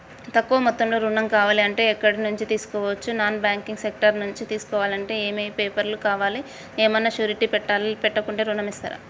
తక్కువ మొత్తంలో ఋణం కావాలి అంటే ఎక్కడి నుంచి తీసుకోవచ్చు? నాన్ బ్యాంకింగ్ సెక్టార్ నుంచి తీసుకోవాలంటే ఏమి పేపర్ లు కావాలి? ఏమన్నా షూరిటీ పెట్టాలా? పెట్టకుండా ఋణం ఇస్తరా?